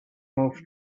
more